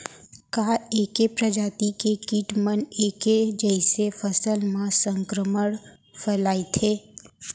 का ऐके प्रजाति के किट मन ऐके जइसे फसल म संक्रमण फइलाथें?